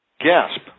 gasp